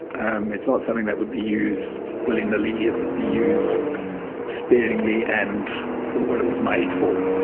um it's not something that would be used willy-nilly. it would be used sparingly and for what it was made for.